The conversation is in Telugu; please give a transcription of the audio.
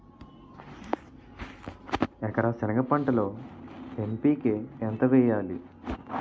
ఎకర సెనగ పంటలో ఎన్.పి.కె ఎంత వేయాలి?